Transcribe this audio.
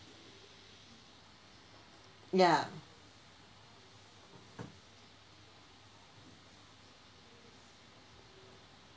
ya